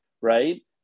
right